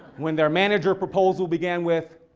when their manager proposal began with,